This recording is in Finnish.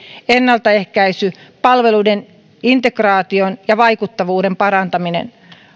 ennaltaehkäisy palveluiden integraation ja vaikuttavuuden parantaminen